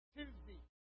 Tuesday